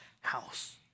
house